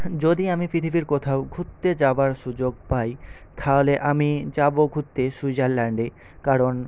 যদি আমি পৃথিবীর কোথাও ঘুরতে যাওয়ার সুযোগ পাই তাহলে আমি যাব ঘুরতে সুইজারল্যান্ডে কারণ